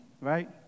right